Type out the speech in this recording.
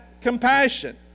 compassion